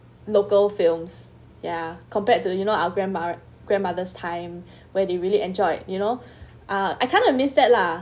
local films ya compared to you know our grandmo~ grandmothers time where they really enjoy you know uh I kind of miss that lah